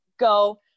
go